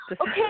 Okay